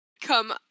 come